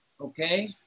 okay